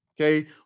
okay